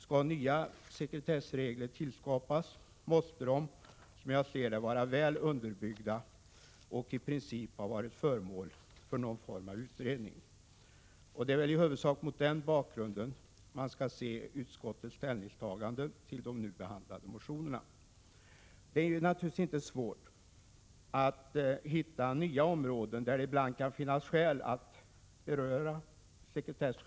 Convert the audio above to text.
Om nya sekretessregler skall tillskapas, måste de som jag ser det vara väl underbyggda och i princip ha varit föremål för någon form av utredning. Det är i huvudsak mot den bakgrunden man skall se utskottets ställningstaganden till de i betänkandet behandlade motionerna. Det är naturligtvis inte svårt att hitta nya områden, där det ibland kan finnas anledning att beröra sekretesskyddet.